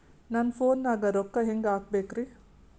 ನನ್ನ ಫೋನ್ ನಾಗ ರೊಕ್ಕ ಹೆಂಗ ಹಾಕ ಬೇಕ್ರಿ?